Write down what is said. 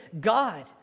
God